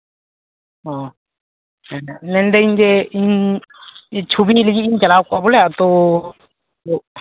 ᱚᱸᱻ ᱢᱮᱱᱫᱟᱹᱧ ᱡᱮ ᱤᱧ ᱪᱷᱚᱵᱤ ᱞᱟᱹᱜᱤᱫ ᱤᱧ ᱪᱟᱞᱟᱣ ᱠᱚᱜᱼᱟ ᱵᱚᱞᱮ ᱛᱚ